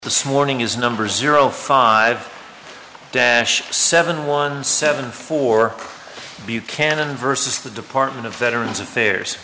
this morning is number zero five dash seven one seven four buchanan versus the department of veterans affairs